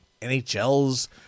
NHL's